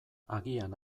agian